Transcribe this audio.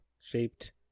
shaped